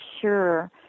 sure